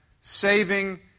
saving